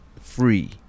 free